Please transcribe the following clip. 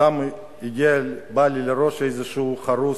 סתם עלה בראשי חרוז: